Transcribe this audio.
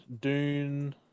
Dune